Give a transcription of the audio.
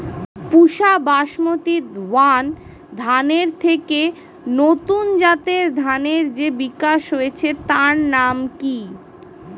পুসা basmati one ধানের থেকে নতুন জাতের ধানের যে বিকাশ হয়েছে তার নাম কি?